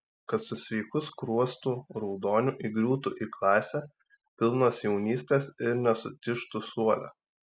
kad su sveiku skruostų raudoniu įgriūtų į klasę pilnos jaunystės ir nesutižtų suole